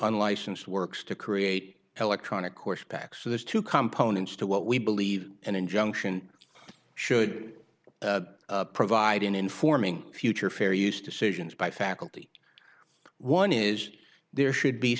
unlicensed works to create electronic course back so there's two components to what we believe an injunction should provide in informing future fair use decisions by faculty one is there should be